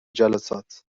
جلسات